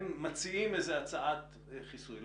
הם מציעים הצעת חיסוי.